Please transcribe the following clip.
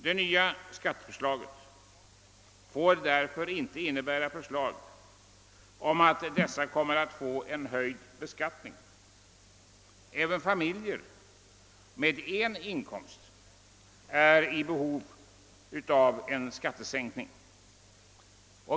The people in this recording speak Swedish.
Det nya skattepaketet får inte innehålla förslag om en höjd beskattning för dessa. Även familjer med en inkomst är i behov av en skattesänkning.